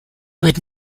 would